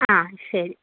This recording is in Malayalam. ആ ശരി